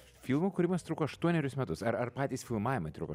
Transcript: filmo kūrimas truko aštuonerius metus ar ar patys filmavimai truko